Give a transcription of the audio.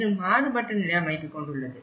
இது மாறுபட்ட நில அமைப்பை கொண்டுள்ளது